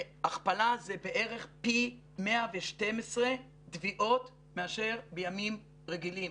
בהכפלה זה בערך פי 112 תביעות מאשר בימים רגילים.